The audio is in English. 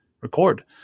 record